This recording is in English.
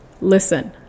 Listen